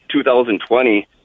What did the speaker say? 2020